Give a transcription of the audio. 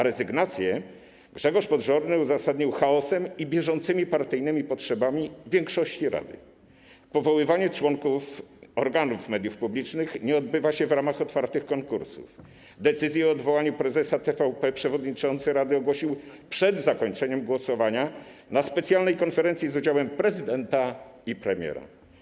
Rezygnację Grzegorz Podżorny uzasadnił chaosem i bieżącymi partyjnymi potrzebami większości rady: powoływanie członków organów mediów publicznych nie odbywa się w ramach otwartych konkursów, decyzje o odwołaniu prezesa TVP przewodniczący rady ogłosił przed zakończeniem głosowania na specjalnej konferencji z udziałem prezydenta i premiera.